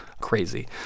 crazy